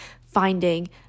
finding